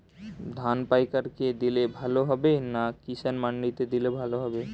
ধান পাইকার কে দিলে ভালো হবে না কিষান মন্ডিতে দিলে ভালো হবে?